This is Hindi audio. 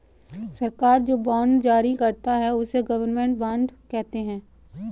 सरकार जो बॉन्ड जारी करती है, उसे गवर्नमेंट बॉन्ड कहते हैं